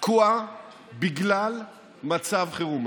תקועה בגלל מצב חירום.